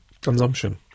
consumption